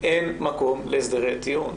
אין מקום להסדרי טיעון.